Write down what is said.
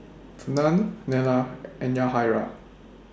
Fernand Nella and Yahaira